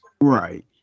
Right